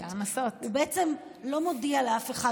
הוא בעצם לא מודיע לאף אחד,